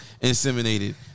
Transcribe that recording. inseminated